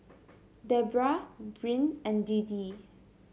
Debra Bryn and Deedee